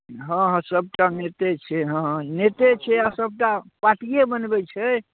हँ हँ सबटा नेते छै हँ नेते छै सबटा पार्टिए बनबै छै